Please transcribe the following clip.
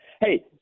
Hey